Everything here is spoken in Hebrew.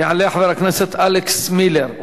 יעלה חבר הכנסת אלכס מילר,